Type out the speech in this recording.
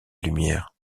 lumière